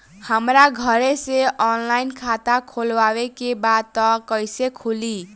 हमरा घरे से ऑनलाइन खाता खोलवावे के बा त कइसे खुली?